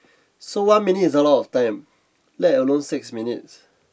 so one minute is a lot of time let alone six minutes